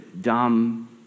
dumb